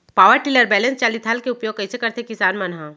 Power tiller बैलेंस चालित हल के उपयोग कइसे करथें किसान मन ह?